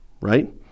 right